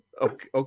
Okay